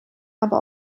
aber